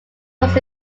was